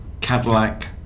Cadillac